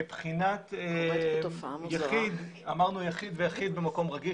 מבחינת יחיד ויחיד במקום רגיש,